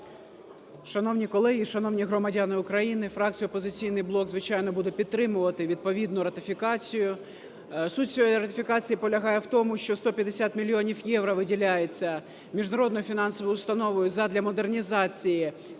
Шановні колеги, шановні громадяни України! Фракція "Опозиційний блок", звичайно, буде підтримувати відповідну ратифікацію. Суть цієї ратифікації полягає в тому, що 150 мільйонів євро виділяється міжнародною фінансовою установою задля модернізації,